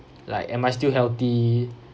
like am I still healthy